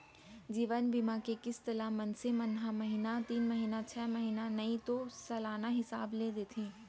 जीवन बीमा के किस्त ल मनसे मन महिना तीन महिना छै महिना नइ तो सलाना हिसाब ले देथे